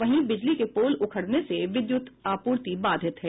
वहीं बिजली के पोल उखड़ने से विद्युत आपूर्ति बाधित है